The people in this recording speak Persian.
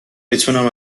بتونم